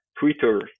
Twitter